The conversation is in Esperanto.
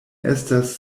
estas